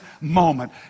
moment